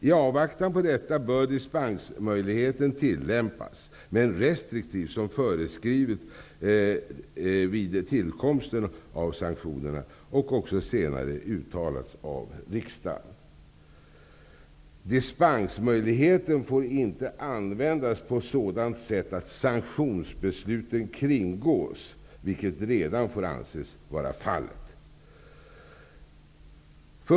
I avvaktan på detta bör dispensmöjligheten tillämpas, men restriktivt som föreskrivits vid tillkomsten av sanktionerna och även senare uttalats av riksdagen. Dispensmöjligheten får inte användas på sådant sätt att sanktionsbesluten kringgås, vilket redan får anses vara fallet.